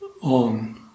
on